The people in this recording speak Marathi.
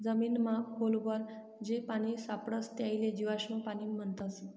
जमीनमा खोल वर जे पानी सापडस त्याले जीवाश्म पाणी म्हणतस